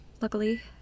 luckily